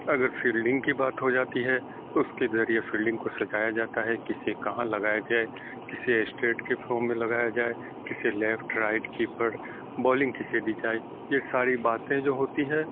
اگر فیلڈنگ کی بات ہو جاتی ہے تو اس کے ذریعے فیلڈنگ کو سجایا جاتا ہے کسے کہاں لگایا جائے کسے اسٹیٹ کے فارم میں لگایا جائے کسے لیفٹ رائٹ کیپر بالنگ کسے دی جائے یہ ساری باتیں جو ہوتی ہیں